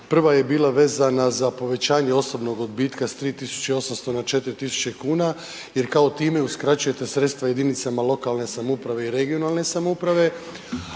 Prva je bila vezana za povećanje osobnog odbitka s 3.800 na 4.000 kuna jer kao time uskraćujete sredstva jedinicama lokalne samouprave i regionalne samouprave,